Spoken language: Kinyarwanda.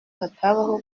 hatabaho